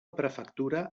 prefectura